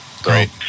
Great